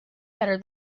better